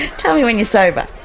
tell me when you're sober.